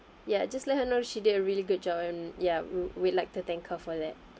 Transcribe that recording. ya just let her know she did a really good job and ya we we'd like to thank her for that